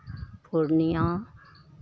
Purnia